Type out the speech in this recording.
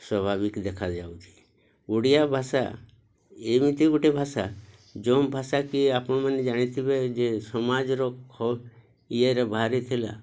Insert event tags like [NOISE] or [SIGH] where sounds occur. ସ୍ଵଭାବିକ ଦେଖାଯାଉଛି ଓଡ଼ିଆ ଭାଷା ଏମିତି ଗୋଟେ ଭାଷା ଯେଉଁ ଭାଷା କି ଆପଣମାନେ ଜାଣିଥିବେ ଯେ ସମାଜର [UNINTELLIGIBLE] ଇଏରେ ବାହାରିଥିଲା